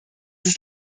ist